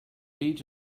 beat